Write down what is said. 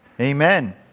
Amen